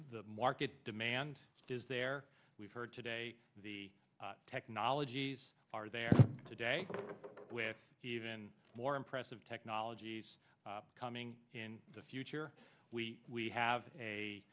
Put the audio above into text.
the market demand is there we've heard today the technologies are there today with even more impressive technologies coming in the future we have a